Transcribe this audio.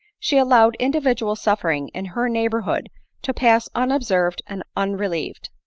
she allowed individual suffering in her neighborhood to pass unobserved and unrelieved.